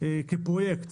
כפרויקט